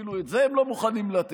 ואפילו את זה הם לא מוכנים לתת.